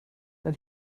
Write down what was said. and